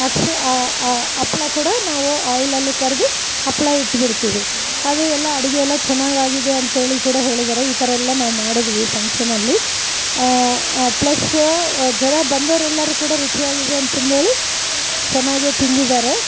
ಅಕ್ಷೆ ಹಪ್ಳ ಕೂಡ ನಾವು ಆಯಿಲಲ್ಲಿ ಕರಿದು ಹಪ್ಪಳ ಇಟ್ಟುಬಿಡ್ತೀವಿ ಅದೇ ಎಲ್ಲ ಅಡಿಗೆಯೆಲ್ಲ ಚೆನ್ನಾಗಾಗಿದೆ ಅಂತೇಳಿ ಕೂಡ ಹೇಳಿದರೆ ಈ ಥರ ಎಲ್ಲ ನಾವು ಮಾಡಿದ್ವಿ ಫಂಕ್ಷನ್ನಲ್ಲಿ ಪ್ಲಸ್ಸು ಜನ ಬಂದೋರು ಎಲ್ಲರು ಕೂಡ ರುಚಿಯಾಗಿದೆ ಅಂತಂದೇಳಿ ಚೆನ್ನಾಗೆ ತಿಂದಿದ್ದಾರೆ